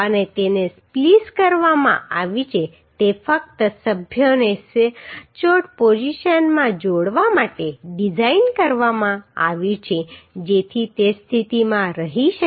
અને તેને સ્પ્લિસ કરવામાં આવ્યું છે તે ફક્ત સભ્યોને સચોટ પોઝિશનમાં જોડવા માટે ડિઝાઇન કરવામાં આવ્યું છે જેથી તે સ્થિતિમાં રહી શકે